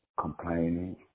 complaining